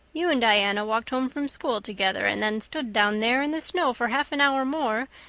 you and diana walked home from school together and then stood down there in the snow for half an hour more,